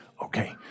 Okay